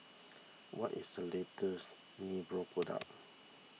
what is the latest Nepro product